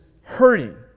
hurting